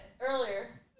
earlier